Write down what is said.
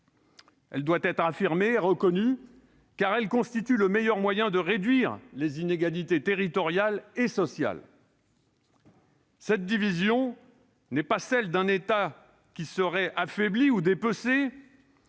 Elle doit être affirmée et reconnue, car elle constitue le meilleur moyen de réduire les inégalités territoriales et sociales. Cette vision n'est pas celle d'un État qui serait affaibli ou dépecé